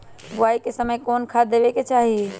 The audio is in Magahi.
बोआई के समय कौन खाद देवे के चाही?